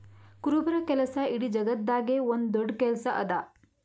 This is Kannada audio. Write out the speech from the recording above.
ಕುರುಬರ ಕೆಲಸ ಇಡೀ ಜಗತ್ತದಾಗೆ ಒಂದ್ ದೊಡ್ಡ ಕೆಲಸಾ ಅದಾ